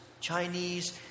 Chinese